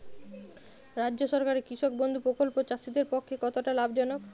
রাজ্য সরকারের কৃষক বন্ধু প্রকল্প চাষীদের পক্ষে কতটা লাভজনক?